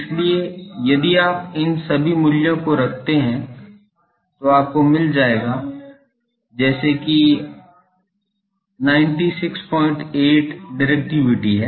इसलिए यदि आप इन सभी मूल्यों को रखते हैं तो आपको कुछ मिल जाएगा जैसे कि 968 डिरेक्टिविटी है